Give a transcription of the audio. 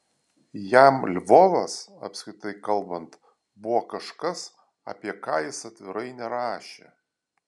jam lvovas apskritai kalbant buvo kažkas apie ką jis atvirai nerašė